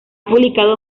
publicado